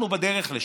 אנחנו בדרך לשם.